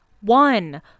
one